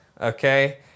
Okay